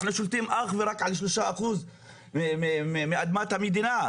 אנחנו שולטים אך ורק על 3% מאדמת המדינה,